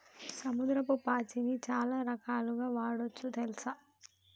సముద్రపు పాచిని చాలా రకాలుగ వాడొచ్చు తెల్సా